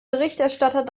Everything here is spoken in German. berichterstatter